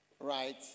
right